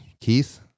Keith